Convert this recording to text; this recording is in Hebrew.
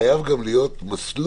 חייב גם להיות מסלול